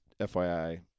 FYI